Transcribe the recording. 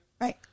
Right